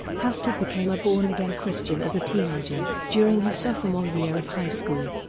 hastert became a born-again christian as a teenager, during his sophomore year of high school.